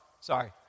sorry